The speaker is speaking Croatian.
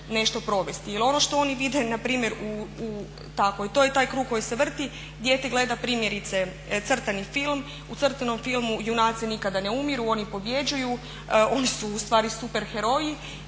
nešto provesti. Jer ono što oni vidi npr. u takvoj, to je taj krug koji se vrti, dijete gleda primjerice crtani film, u crtanom filmu junaci nikada ne umiru, oni pobjeđuju, oni su ustvari super heroji